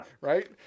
right